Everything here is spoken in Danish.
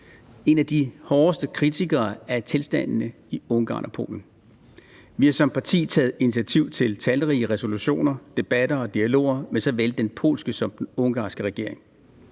en af de hårdeste kritikere af tilstandene i Ungarn og Polen. Vi har som parti taget initiativ til talrige resolutioner, debatter og dialoger med såvel den polske som den ungarske regering.